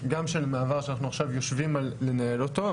של מעבר שאנחנו עכשיו יושבים על לנהל אותו,